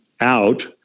out